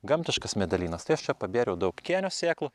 gamtiškas medelynas tai aš čia pabėriau daug kėnio sėklų